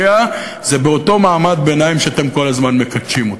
זה באותו מעמד ביניים שאתם כל הזמן מקדשים אותו.